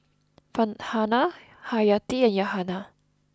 Farhanah Haryati and Yahaya